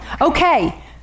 okay